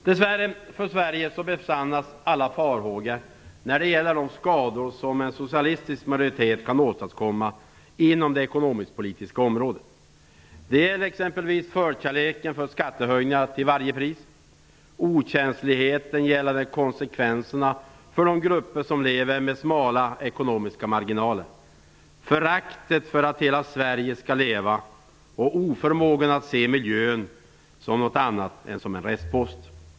Dess värre för Sverige besannas alla farhågor när det gäller de skador som en socialistisk majoritet kan åstadkomma inom det ekonomisk-politiska området. Det gäller exempelvis förkärleken för skattehöjningar till varje pris, okänsligheten gällande konsekvenserna för de grupper som lever med smala ekonomiska marginaler, föraktet för "Hela Sverige skall leva" och oförmågan att se miljön som annat än som en restpost.